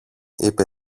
είπε